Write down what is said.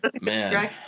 Man